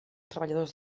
treballadors